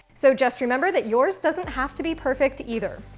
so just remember that yours doesn't have to be perfect either.